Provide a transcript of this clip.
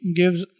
gives